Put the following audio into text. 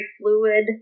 fluid